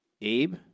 Abe